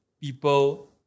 people